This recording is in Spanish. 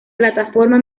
plataforma